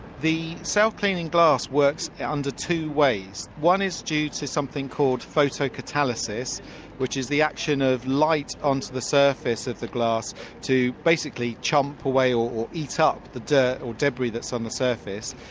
the self-cleaning glass works under two ways. one is to something called photocatalysis which is the action of light onto the surface of the glass to basically chomp away or eat up the dirt or debris that's on the surface.